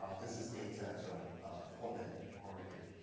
ah this is data from portland, oregon.